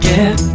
Get